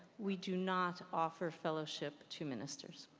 we do not offer fellowship to ministers.